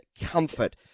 comfort